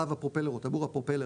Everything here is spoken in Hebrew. להב הפרופלר או טבור הפרופלר,